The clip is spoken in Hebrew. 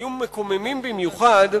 שהיו מקוממים במיוחד,